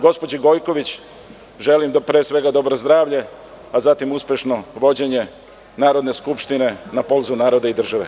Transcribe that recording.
Gospođi Gojković želim pre svega dobro zdravlje, a zatim uspešno vođenje Narodne skupštine na poziv naroda i države.